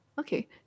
Okay